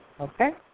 Okay